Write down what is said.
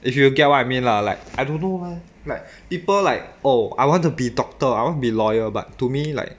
if you get what I mean lah like I don't know lah like people like oh I want to be doctor I want to be lawyer but to me like